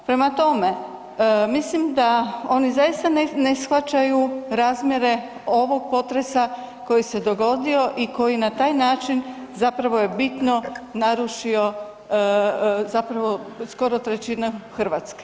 Prema tome, mislim da oni zaista ne shvaćaju razmjere ovog potresa koji se dogodi i koji na taj način zapravo je bitno narušio zapravo skoro 1/3 Hrvatske.